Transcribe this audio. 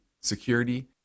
security